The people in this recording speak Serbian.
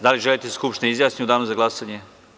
Da li želite da se Skupština izjasni u danu za glasnje?